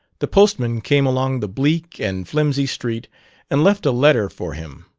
the postman came along the bleak and flimsy street and left a letter for him.